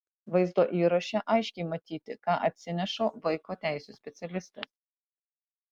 vaizdo įraše aiškiai matyti ką atsineša vaiko teisių specialistės